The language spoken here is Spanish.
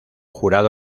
jurado